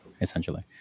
essentially